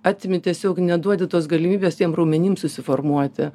atimi tiesiog neduodi tos galimybės tiem raumenim susiformuoti